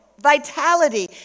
Vitality